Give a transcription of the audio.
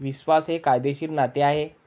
विश्वास हे कायदेशीर नाते आहे